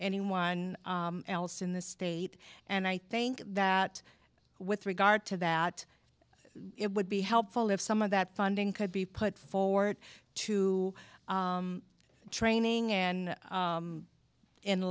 anyone else in the state and i think that with regard to that it would be helpful if some of that funding could be put forward to training and